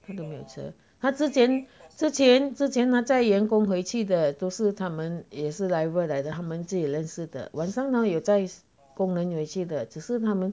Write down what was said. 他都没有车他之前之前之前他载员工回去都是他们也是 driver 来的他们自己认识的很像他载工人回去的只是他们